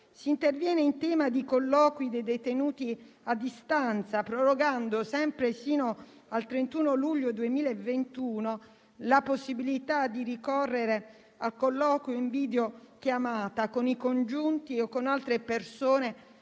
Si interviene in tema di colloqui dei detenuti a distanza, prorogando - sempre sino al 31 luglio 2021 - la possibilità di ricorrere a colloquio in videochiamata con i congiunti o con altre persone